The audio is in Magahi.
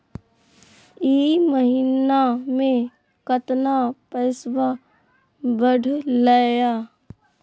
ई महीना मे कतना पैसवा बढ़लेया?